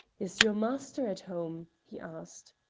is your master at home? he asked.